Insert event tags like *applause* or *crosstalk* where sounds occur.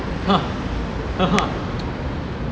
*laughs*